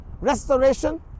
restoration